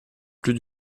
plus